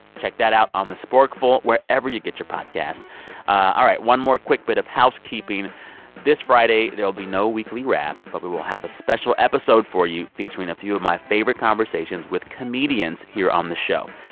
check that out on the sporkful, wherever you get your podcsts ah all right, one more quick bit of housekeeping this friday there'll be no weekly wrap. but we will have a special episode for you featuring a few of my favorite coversations with comedians here on the show.